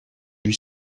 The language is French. lui